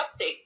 update